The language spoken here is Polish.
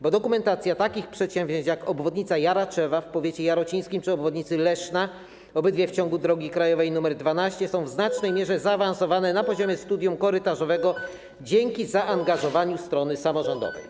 Bo dokumentacje takich przedsięwzięć jak obwodnica Jaraczewa w powiecie jarocińskim czy obwodnica Leszna, obydwie w ciągu drogi krajowej nr 12, są w znacznej mierze zaawansowane na poziomie studium korytarzowego dzięki zaangażowaniu strony samorządowej.